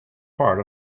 part